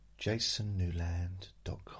jasonnewland.com